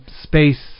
space